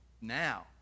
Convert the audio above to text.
now